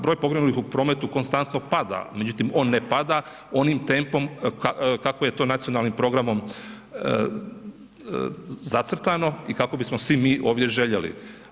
Broj poginulih u prometu konstanto pada, međutim, on ne pada onim tempom, kako je to nacionalnim programom zacrtano i kako bismo svi mi ovdje željeli.